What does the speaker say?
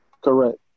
Correct